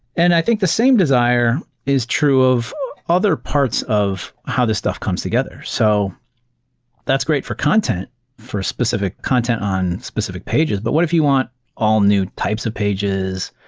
and i think the same desire is true of other parts of how this stuff comes together. so that's great for content for specific content on specific pages, but what if you want all new types of pages,